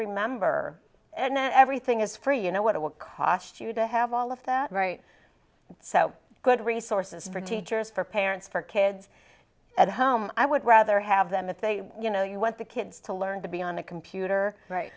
remember and everything is for you know what it will cost you to have all of that right so good resources for teachers for parents for kids at home i would rather have them if they you know you want the kids to learn to be on the computer right